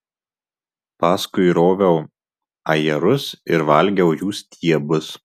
paskui roviau ajerus ir valgiau jų stiebus